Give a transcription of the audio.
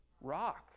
rock